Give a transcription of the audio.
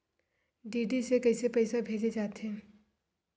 DD से कइसे पईसा भेजे जाथे?